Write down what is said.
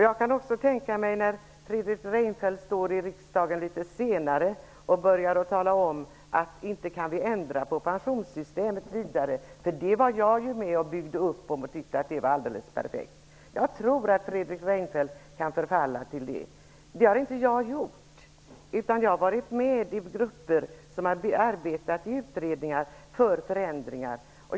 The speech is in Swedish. Jag kan också tänka mig att Fredrik Reinfeldt litet senare står i riksdagen och talar om att det inte går att förändra i pensionssystemet, för han var ju med om at bygga upp det och tyckte att det var alldeles perfekt. Jag tror att Fredrik Reinfeldt kan förfalla till detta. Men jag har inte gjort det. Jag har varit med i utredningar som har arbetat för förändringar.